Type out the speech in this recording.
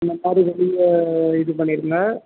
இந்தமாதிரி வெளியே இது பண்ணிருங்க